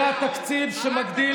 (חבר הכנסת משה אבוטבול יוצא מאולם המליאה.) זה התקציב שמגדיל